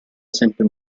sempre